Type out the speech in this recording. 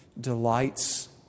delights